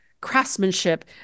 craftsmanship